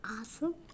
Awesome